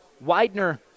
Widener